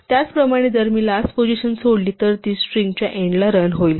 त्याचप्रमाणे जर मी लास्ट पोझिशन सोडली तर ती स्ट्रिंगच्या एन्डला रन होईल